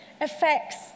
affects